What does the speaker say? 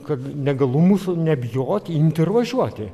kad negalumus nebijoti imti ir važiuoti